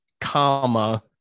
comma